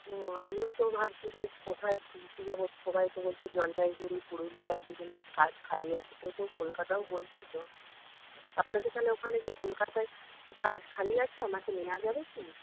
ও আমিও তো ভাবছি যে কোথায় খুঁজতে যাবো সবাই তো বলছে জলপাইগুড়ি পুরুলিয়ার দিকে না কি কাজ খালি আছে কেউ কেউ কলকাতাও বলছিলো আপনাদের তাহলে ওখানে কি কলকাতায় কি কাজ খালি আছে আমাকে নেওয়া যাবে কি